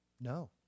No